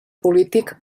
polític